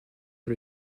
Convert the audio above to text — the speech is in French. sur